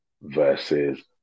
versus